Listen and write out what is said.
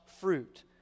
fruit